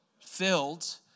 filled